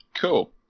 Cool